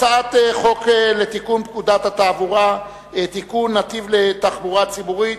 הצעת חוק לתיקון פקודת התעבורה (נתיב לתחבורה ציבורית).